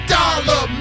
dollar